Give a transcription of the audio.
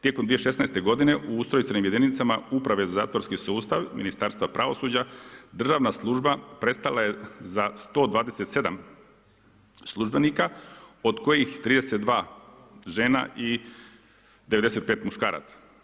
Tijekom 2016. godine u ustrojstvenim jedinicama Uprave za zatvorski sustav Ministarstva pravosuđa državna služba prestala je za 127 službenika, od koji 32 žena i 95 muškaraca.